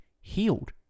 healed